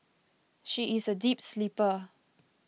she is a deep sleeper